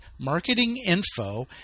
marketinginfo